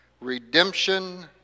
Redemption